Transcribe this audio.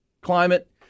climate